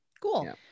Cool